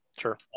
Sure